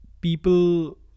People